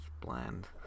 bland